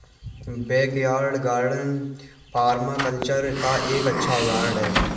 backyard garden permaculture का एक अच्छा उदाहरण हैं